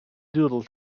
doodle